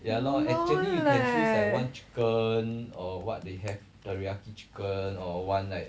no lah